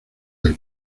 del